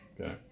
Okay